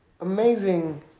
amazing